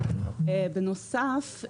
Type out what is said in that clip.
בנוסף,